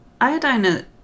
iodine